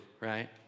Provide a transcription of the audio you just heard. right